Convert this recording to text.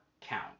count